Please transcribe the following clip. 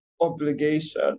obligation